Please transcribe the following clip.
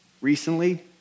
recently